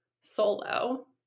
solo